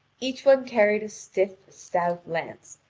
each one carried a stiff, stout lance,